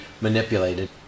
manipulated